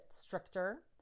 stricter